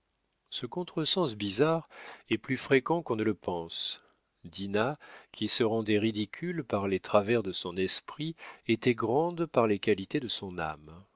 ce contre-sens bizarre est plus fréquent qu'on ne le pense dinah qui se rendait ridicule par les travers de son esprit était grande par les qualités de son âme